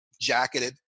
jacketed